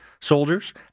soldiers